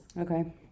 Okay